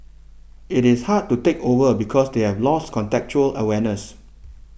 it is hard to take over because they have lost contextual awareness